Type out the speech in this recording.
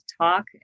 talk